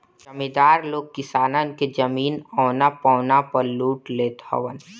जमीदार लोग किसानन के जमीन औना पौना पअ लूट लेत हवन